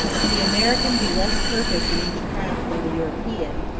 if the american be less perfect in each craft than the european,